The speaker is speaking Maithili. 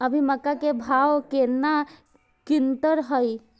अभी मक्का के भाव केना क्विंटल हय?